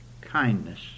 kindness